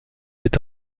est